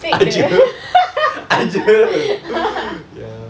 take the